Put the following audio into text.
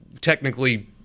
technically